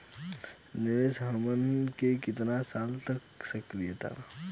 निवेश हमहन के कितना साल तक के सकीलाजा?